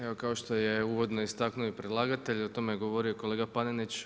Evo kao što je uvodno istaknuo i predlagatelj, o tome je govorio i kolega Panenić.